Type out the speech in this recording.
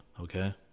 Okay